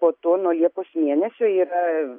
po to nuo liepos mėnesio yra